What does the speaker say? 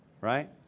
Right